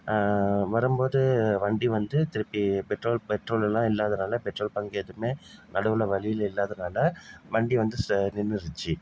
வரும்போது வண்டி வந்து திருப்பி பெட்ரோல் பெட்ரோல்லாம் இல்லாததனால பெட்ரோல் பங்க் எதுவுமே நடுவில் வழில இல்லாததனால வண்டி வந்து நின்னுடுச்சு